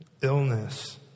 illness